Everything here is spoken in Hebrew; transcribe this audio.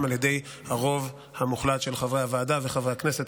על ידי הרוב המוחלט של חברי הוועדה וחברי הכנסת,